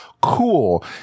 cool